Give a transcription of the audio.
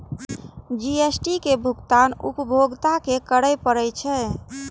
GST के भुगतान उपभोक्ता कें करय पड़ै छै